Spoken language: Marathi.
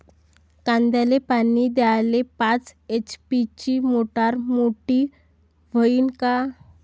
कांद्याले पानी द्याले पाच एच.पी ची मोटार मोटी व्हईन का?